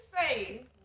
say